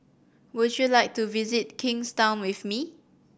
would you like to visit Kingstown with me